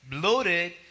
bloated